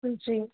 जी